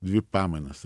dvi pamainas